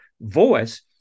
voice